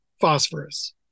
phosphorus